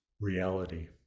reality